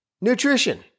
nutrition